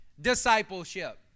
Discipleship